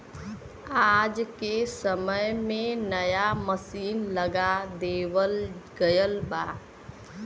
आज के समय में नया मसीन लगा देवल गयल बा